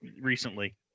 recently